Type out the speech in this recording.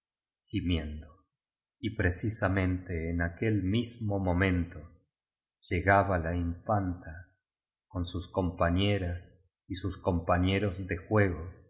gimiendo y precisamente en aquel mismo momento llegaba la in fanta con sus compañeras y sus compañeros de juego